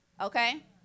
Okay